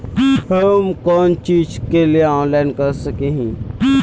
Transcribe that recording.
हम कोन चीज के लिए ऑनलाइन कर सके हिये?